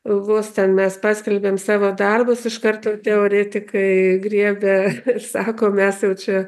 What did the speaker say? ilgus ten mes paskelbiame savo darbus iš karto teoretikai griebia sako mes jau čia